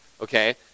Okay